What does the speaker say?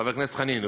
חבר הכנסת חנין,